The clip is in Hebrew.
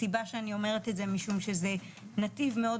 הסיבה שאני אומרת את זה משום שזה נתיב מאוד